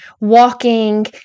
walking